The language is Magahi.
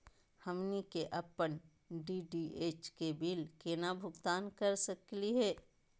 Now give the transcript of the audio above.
हमनी के अपन डी.टी.एच के बिल केना भुगतान कर सकली हे?